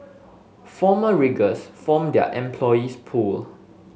former riggers form their employees pool